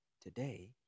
today